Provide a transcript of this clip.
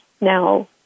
now